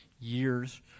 years